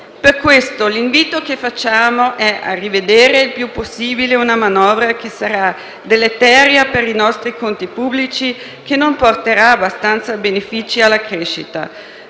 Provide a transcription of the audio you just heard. Per questo motivo, l'invito che facciamo è a rivedere il più possibile una manovra che sarà deleteria per i nostri conti pubblici e non porterà abbastanza benefici alla crescita.